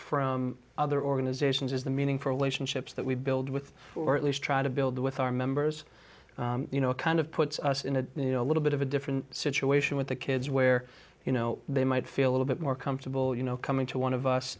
from other organizations is the meaning for olution ships that we build with or at least try to build with our members you know kind of puts us in a you know a little bit of a different situation with the kids where you know they might feel a little bit more comfortable you know coming to one of us